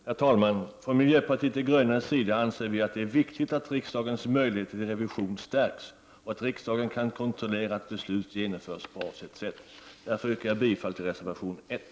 Herr talman! Inom miljöpartiet de gröna anser vi att det är viktigt att riksdagens möjligheter till revision stärks och att riksdagen kan kontrollera att beslut genomförs på avsett sätt. Därför yrkar jag bifall till reservation 1.